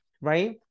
right